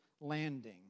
Landing